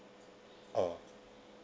oh